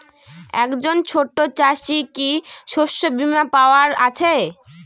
একজন ছোট চাষি কি শস্যবিমার পাওয়ার আছে?